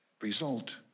result